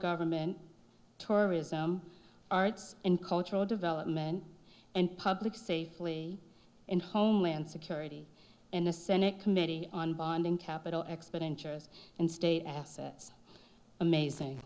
government tourism arts and cultural development and public safely in homeland security and the senate committee on bonding capital export insurance and state assets amazing